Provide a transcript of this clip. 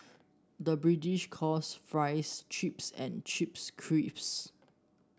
the British calls fries chips and chips crisps